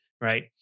Right